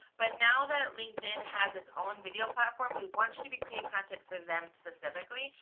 but now that linkedin has its own video platform, they want you to be creating content for them specifically.